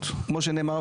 מאחריות כמו שנאמר,